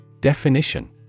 Definition